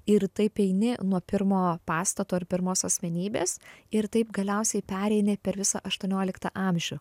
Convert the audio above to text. ir taip eini nuo pirmo pastato ir pirmos asmenybės ir taip galiausiai pereini per visą aštuonioliktą amžių